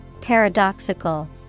Paradoxical